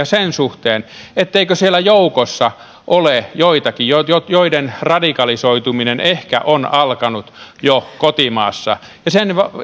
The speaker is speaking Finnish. sen suhteen etteikö siellä joukossa ole joitakin joiden joiden radikalisoituminen ehkä on alkanut jo kotimaassa sen